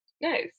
Nice